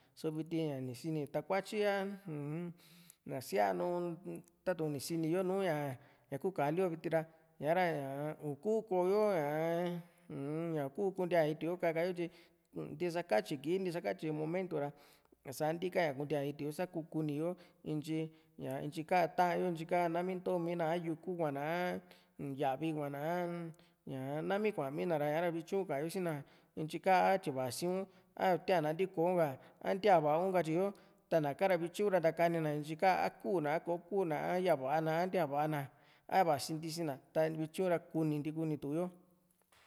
só viti ña ni sini takuatyi a ná sianu tatu´n ni sini yo nùù ña ñaku ka´a lio viti ra sa´ra ña uku koýo ñaa uu-n ña u´ku kuntíaña iti yo kakayo tyi ntisa katyi kii ntisakatyi momento santika ña kuntía ña iti yo saku kuni yo intyi ña ntyi ká ta´an yo ntyi ka nami ntomina a yuku kuana a ya´vi kuana a ña nami kuamina ra ña´ra vityu ka´an yo si na intyi ka a tyi vasi´u a ntia nantikou ´ka a a ntia va´a u katyi yo tana ka ra vityu ntakani na ntyi ká a ku´na a kò´o g¿ku´na a yava a na a ntía va´a na a vasintisi na ta vityu ra kuninti kunituyo